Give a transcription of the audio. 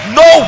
no